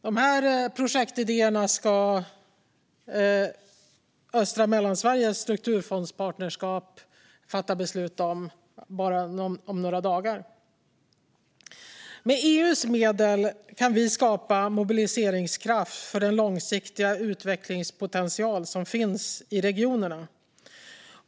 Dessa projektidéer ska Strukturfondspartnerskapet Östra Mellansverige om bara några dagar fatta beslut om. Med EU:s medel kan vi skapa mobiliseringskraft för den långsiktiga utvecklingspotential som finns i regionerna.